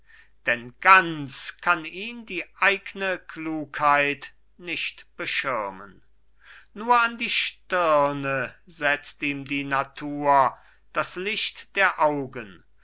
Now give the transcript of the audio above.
denn ganz kann ihn die eigne klugheit nicht beschirmen nur an die stirne setzt ihm die natur das licht der augen